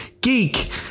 geek